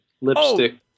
lipstick